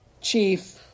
chief